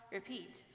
Repeat